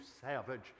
savage